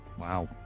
Wow